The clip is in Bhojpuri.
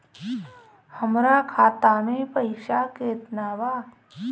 हमरा खाता में पइसा केतना बा?